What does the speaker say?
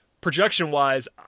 Projection-wise